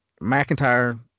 McIntyre